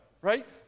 right